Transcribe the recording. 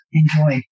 enjoy